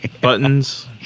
buttons